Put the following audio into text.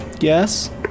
Yes